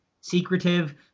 secretive